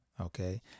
okay